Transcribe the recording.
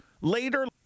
later